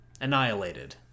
Annihilated